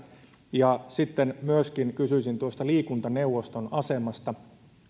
sitten kysyisin myöskin tuosta liikuntaneuvoston asemasta